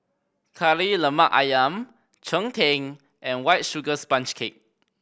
Kari Lemak Ayam cheng tng and White Sugar Sponge Cake